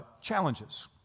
challenges